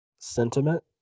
sentiment